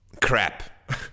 crap